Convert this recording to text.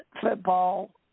football